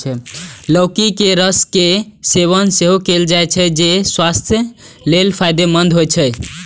लौकी के रस के सेवन सेहो कैल जाइ छै, जे स्वास्थ्य लेल फायदेमंद होइ छै